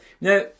Now